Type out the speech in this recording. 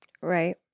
Right